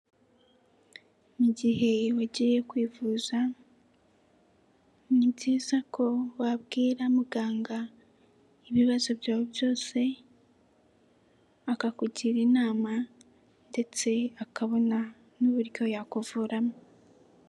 Mu gihe wagiye kwivuza ni byiza ko wabwira muganga ibibazo byawe byose, akakugira inama ndetse akabona n'uburyo yakuvuramo.